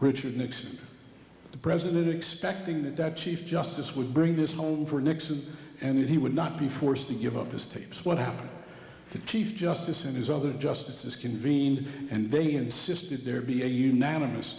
richard nixon the president expecting that that chief justice would bring this home for nixon and that he would not be forced to give up his tapes what happened to chief justice and his other justices convened and they insisted there be a unanimous